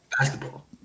basketball